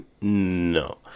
no